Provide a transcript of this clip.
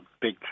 big